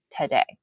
today